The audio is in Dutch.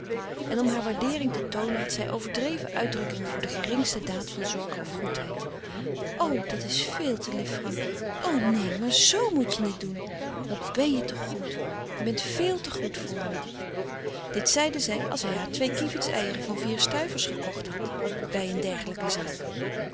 en om haar waardeering te toonen had zij overdreven uitdrukkingen voor de geringste daad van zorg of goedheid o dat is veel te lief frankie o neen maar z moet je niet doen wat ben je toch goed je bent véél te goed voor me dit zeide zij als hij haar twee kievits eieren van vier stuivers gekocht had of bij een dergelijke zaak